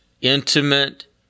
intimate